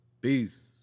Peace